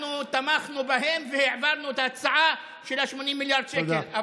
אנחנו תמכנו בהם והעברנו את ההצעה של 80 מיליארד שקל.